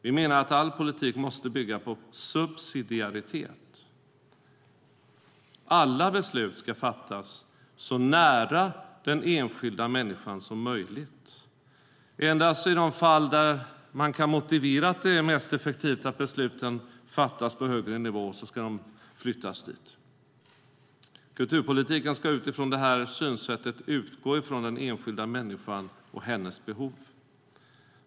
Vi menar att all politik måste bygga på subsidiaritet. Alla beslut ska fattas så nära den enskilda människan som möjligt. Endast i de fall där man kan motivera att det är mest effektivt att besluten fattas på en högre nivå ska de flyttas dit. Kulturpolitiken ska utifrån det här synsättet utgå ifrån den enskilda människan och hennes behov.